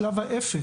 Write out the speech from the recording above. כבר בשלב האפס,